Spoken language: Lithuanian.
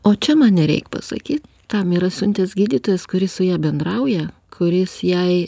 o čia man nereik pasakyt tam yra siuntęs gydytojas kuris su ja bendrauja kuris jai